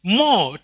more